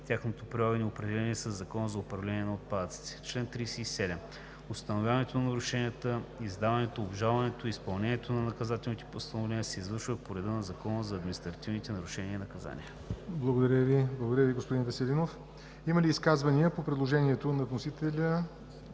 тяхното прилагане, определени със Закона за управление на отпадъците. Чл. 37. Установяването на нарушенията, издаването, обжалването и изпълнението на наказателните постановления се извършват по реда на Закона за административните нарушения и наказания.“ ПРЕДСЕДАТЕЛ ЯВОР НОТЕВ: Благодаря Ви, господин Веселинов. Има ли изказвания по предложението на вносителя